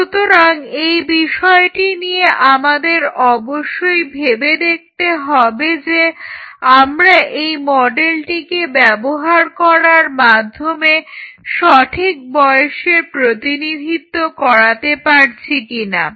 সুতরাং এই বিষয়টি নিয়ে আমাদের অবশ্যই ভেবে দেখতে হবে যে আমরা এই মডেলটিকে ব্যবহার করার মাধ্যমে সঠিক বয়সের প্রতিনিধিত্ব করাতে পারছি কিনা